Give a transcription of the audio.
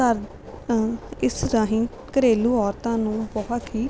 ਘਰ ਇਸ ਰਾਹੀਂ ਘਰੇਲੂ ਔਰਤਾਂ ਨੂੰ ਬਹੁਤ ਹੀ